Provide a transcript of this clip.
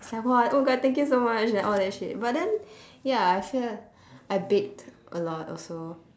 it's like !wah! oh god thank you so much and all that shit but then ya I feel I baked a lot also